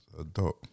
adult